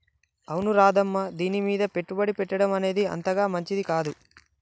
అవును రాధమ్మ దీనిమీద పెట్టుబడి పెట్టడం అనేది అంతగా మంచిది కాదు